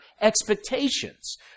expectations